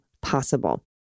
possible